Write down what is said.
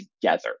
together